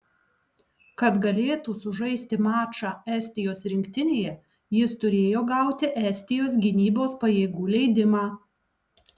kad galėtų sužaisti mačą estijos rinktinėje jis turėjo gauti estijos gynybos pajėgų leidimą